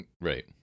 Right